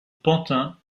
pantin